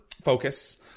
focus